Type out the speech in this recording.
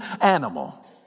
animal